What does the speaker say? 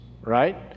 Right